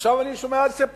עכשיו אני שומע על ספטמבר.